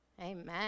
Amen